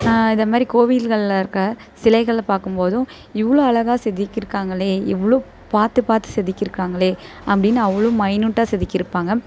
இத மாதிரி கோவில்களில் இருக்கற சிலைகளை பார்க்கும் போதும் இவ்வளோ அழகா செதுக்கியிருக்காங்களே எவ்வளோ பார்த்து பார்த்து செதுக்கியிருக்காங்களே அப்படினு அவ்வளோ மைனூட்டாக செதுக்கியிருப்பாங்க